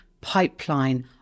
pipeline